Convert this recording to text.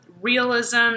realism